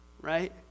right